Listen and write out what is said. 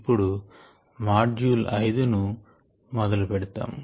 ఇప్పుడు మాడ్యూల్ 5 ను మొదలు పెడతాము